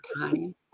time